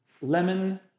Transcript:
lemon